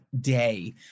day